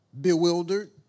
bewildered